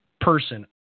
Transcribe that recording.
person